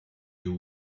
you